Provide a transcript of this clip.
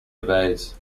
obeys